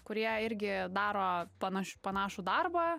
kurie irgi daro panaš panašų darbą